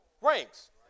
ranks